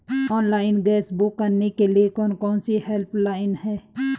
Online gas book करने के लिए कौन कौनसी हेल्पलाइन हैं?